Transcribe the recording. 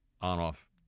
on-off